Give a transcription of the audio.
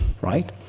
right